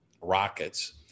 Rockets